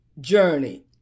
journey